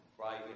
right